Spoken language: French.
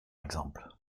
exemple